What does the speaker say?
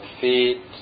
feet